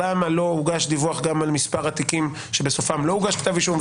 למה לא הוגש דיווח גם על מספר התיקים שבסופם לא הוגש כתב אישום?